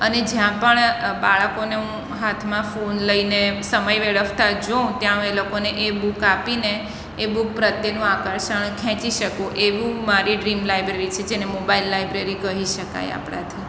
અને જ્યાં પણ બાળકોને હું હાથમાં ફોન લઈને સમય વેડફતાં જોઉં ત્યાં હું એ લોકોને એ બુક આપીને એ બુક પ્રત્યેનું આકર્ષણ ખેંચી શકું એવું મારી ડ્રીમ લાયબ્રેરી છે જેને મોબાઈલ લાયબ્રેરી કહી શકાય આપણાંથી